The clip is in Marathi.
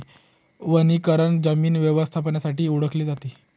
वनीकरण जमीन व्यवस्थापनासाठी ओळखले जाते